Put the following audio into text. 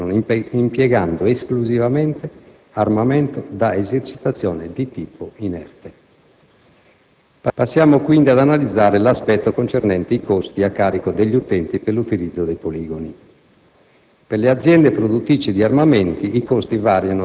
si precisa che i reparti dell'Aeronautica Militare vi si addestrano impiegando esclusivamente armamento da esercitazione di tipo «inerte». Passiamo, quindi, ad analizzare l'aspetto concernente i costi a carico degli utenti per l'utilizzo dei poligoni.